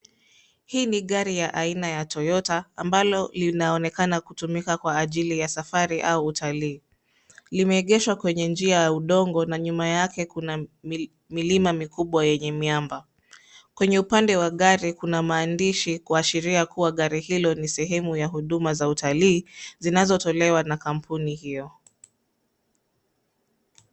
Hii ni gari aina ya Toyota, ambalo linaonekana kutumika kwa ajili ya safari au utalii. Limeegeshwa kwenye njia ya udongo, na nyuma yake kuna mili milima mikubwa yenye miamba. Kwenye upande wa gari kuna maandishi kuashiria kuwa gari hilo ni sehemu ya huduma za utalii zinazotolewa na kampuni hiyo.